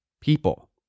people